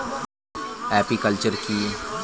Apiculture কি?